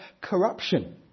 corruption